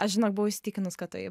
aš žinok buvau įsitikinus kad tai